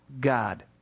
God